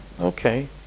Okay